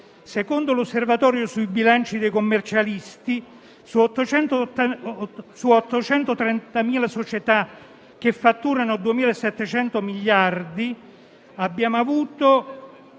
Secondo l'osservatorio sui bilanci dei commercialisti, su 830.000 società, che fatturano 2.700 miliardi di euro,